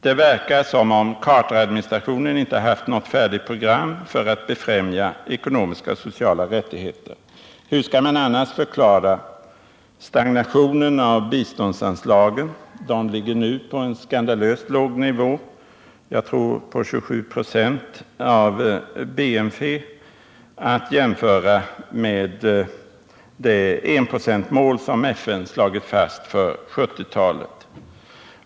Det verkar som om Carteradministrationen inte har haft något färdigt program för att befrämja ekonomiska och sociala rättigheter. Hur skall man annars förklara stagnationen i biståndsanslagen? De ligger nu på en skandalöst låg nivå — jag tror på 0,27 96 av BNP, att jämföra med det enprocentsmål som FN slagit fast för 1970-talet.